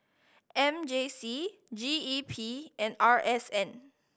M J C G E P and R S N